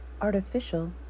Artificial